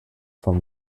from